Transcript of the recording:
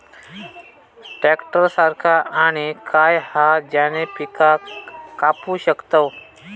Tractor सारखा आणि काय हा ज्याने पीका कापू शकताव?